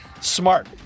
Smart